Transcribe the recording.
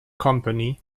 company